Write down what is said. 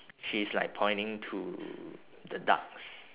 she's like pointing to the ducks